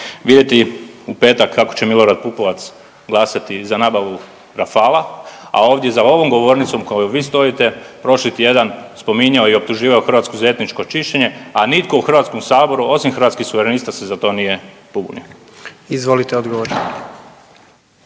vidjeti u petak kako će Milorad Pupovac glasati za nabavu Rafala, a ovdje za ovom govornicom za kojom vi stojite prošli tjedan spominjao je i optuživao Hrvatsku za etničko čišćenje a nitko u HS-u osim Hrvatskih suvrenista se za to nije pobunio. **Jandroković,